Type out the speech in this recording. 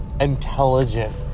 intelligent